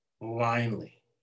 blindly